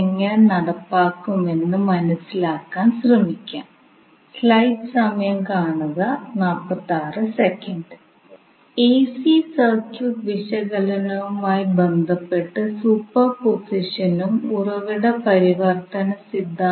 ഈ 2 ആഴ്ച അതായത് ഒമ്പതും പത്തും ആഴ്ചകൾ കൂടുതൽ എസി ഉറവിടങ്ങൾ അടങ്ങിയ സർക്യൂട്ട് വിശകലനത്തിനായി നീക്കി വയ്ക്കാം